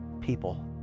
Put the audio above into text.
people